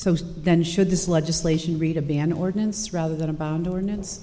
so then should this legislation rita be an ordinance rather than a bound ordinance